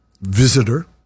visitor